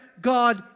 God